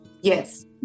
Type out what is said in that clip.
yes